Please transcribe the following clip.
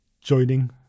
joining